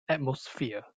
atmosphere